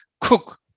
cook